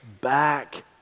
back